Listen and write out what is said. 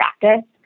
practice